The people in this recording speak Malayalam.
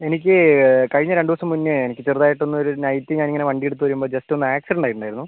എനിക്ക് കഴിഞ്ഞ രണ്ടുദിവസം മുന്നേ എനിക്ക് ചെറുതായിട്ട് ഒന്നൊരു നൈറ്റ് ഞാനിങ്ങനേ വണ്ടിയെടുത്തു വരുമ്പോൾ ജസ്റ്റ് ഒന്ന് ആക്സിഡൻറ് ആയിട്ടുണ്ടായിരുന്നു